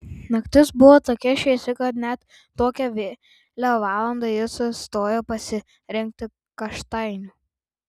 naktis buvo tokia šviesi kad net tokią vėlią valandą ji sustojo pasirinkti kaštainių